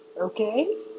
Okay